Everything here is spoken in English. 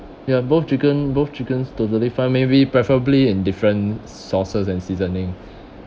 ya both chicken both chickens totally fine maybe preferably in different sauces and seasoning